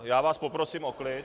Já vás poprosím o klid.